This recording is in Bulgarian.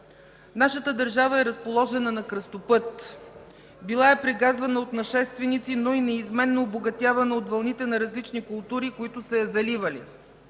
Нашата държава е разположена на кръстопът. Била е прегазвана от нашественици, но и неизменно обогатявана от вълните на различни култури, които са я заливали.